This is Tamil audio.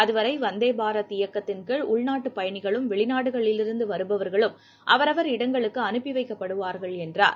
அதுவரை வந்தே பாரத் இயக்கத்தின் கீழ் உள்நாட்டுப் பயணிகளும் வெளிநாடுகளிலிருந்து வருபவர்களும் அவரவர் இடங்களுக்கு அனுப்பி வைக்கப்படுவார்கள் என்றார்